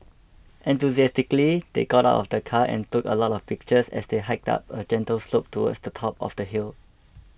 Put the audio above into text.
enthusiastically they got out of the car and took a lot of pictures as they hiked up a gentle slope towards the top of the hill